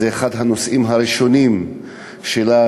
זה אחד הנושאים הראשונים שלה,